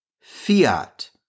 fiat